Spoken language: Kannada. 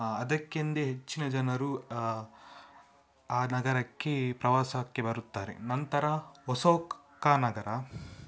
ಅದಕ್ಕೆಂದೇ ಹೆಚ್ಚಿನ ಜನರು ಆ ನಗರಕ್ಕೆ ಪ್ರವಾಸಕ್ಕೆ ಬರುತ್ತಾರೆ ನಂತರ ಒಸೋಕ ನಗರ